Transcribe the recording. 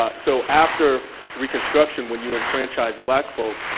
ah so after reconstruction, when you enfranchise black folks,